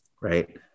Right